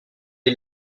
est